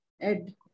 add